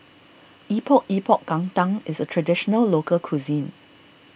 Epok Epok Kentang is a Traditional Local Cuisine